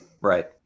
right